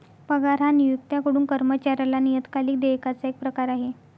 पगार हा नियोक्त्याकडून कर्मचाऱ्याला नियतकालिक देयकाचा एक प्रकार आहे